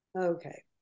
Okay